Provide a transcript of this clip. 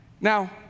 Now